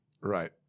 right